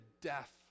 death